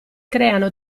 creano